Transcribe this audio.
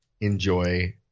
enjoy